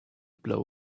blow